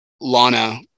Lana